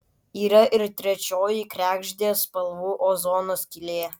yra ir trečioji kregždės spalvų ozono skylė